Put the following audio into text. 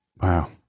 Wow